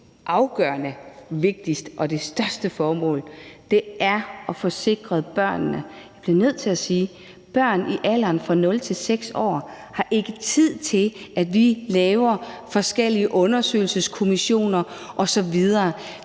helt afgørende, vigtigste og største formål, er at få sikret forholdene for børnene. Jeg bliver nødt til sige, at børn i alderen fra 0 til 6 år ikke har tid til, at vi nedsætter forskellige undersøgelseskommissioner osv.